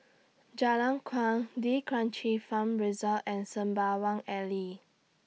Jalan Kuang D'Kranji Farm Resort and Sembawang Alley